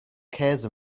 käse